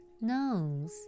nose